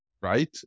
right